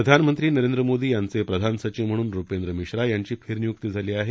प्रधानमंत्री नरेंद्र मोदी यांचे प्रधान सचिव म्हणून नृपेंद्र मिश्रा यांची फेरनियुक्ती झाली आहे